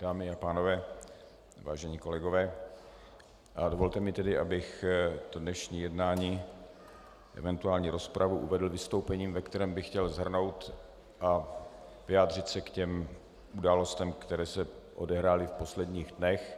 Dámy a pánové, vážení kolegové, dovolte mi tedy, abych to dnešní jednání, eventuálně rozpravu, uvedl vystoupením, ve kterém bych chtěl shrnout a vyjádřit se k těm událostem, které se odehrály v posledních dnech.